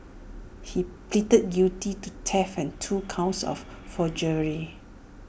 he pleaded guilty to theft and two counts of forgery